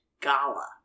Gala